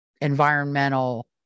environmental